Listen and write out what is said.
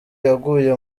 yaguye